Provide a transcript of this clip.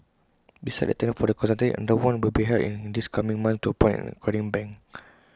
besides the tender for the consultancy another one will be held in this coming months to appoint an acquiring bank